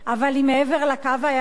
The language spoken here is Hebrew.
אבל היא מעבר ל"קו הירוק".